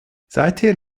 seither